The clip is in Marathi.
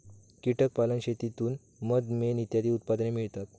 कीटक पालन शेतीतून मध, मेण इत्यादी उत्पादने मिळतात